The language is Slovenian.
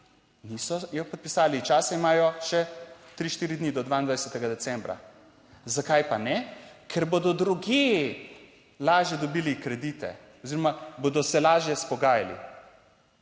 Niso jo podpisali, časa imajo še tri, štiri dni do 22. decembra. Zakaj pa ne? Ker bodo drugje lažje dobili kredite oziroma bodo se lažje izpogajali.